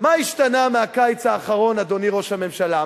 מה השתנה מהקיץ האחרון, אדוני ראש הממשלה?